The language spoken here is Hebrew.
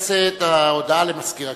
הודעה למזכיר הכנסת.